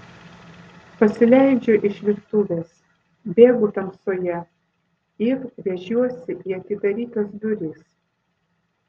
pasileidžiu iš virtuvės bėgu tamsoje ir rėžiuosi į atidarytas duris